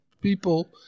people